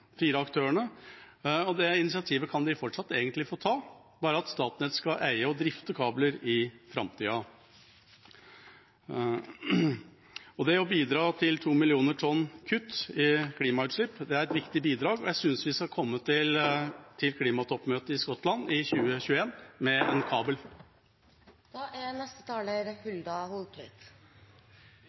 og det initiativet kan de egentlig fortsatt få ta, bare at Statnett skal eie og drifte kabler i framtida. Det å bidra til 2 mill. tonn kutt i klimautslipp er et viktig bidrag, og jeg synes vi skal komme til klimatoppmøtet i Skottland i 2021 med en kabel.